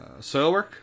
Soilwork